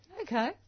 Okay